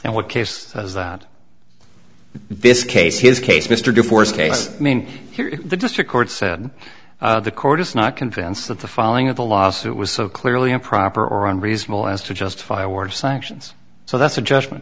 and what case is that this case his case mr de force case i mean here in the district court said the court is not convinced that the filing of the lawsuit was so clearly improper or unreasonable as to justify war sanctions so that's a judgment